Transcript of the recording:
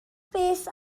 beth